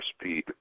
speed